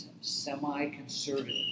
semi-conservative